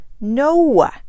No